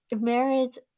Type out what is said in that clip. Marriage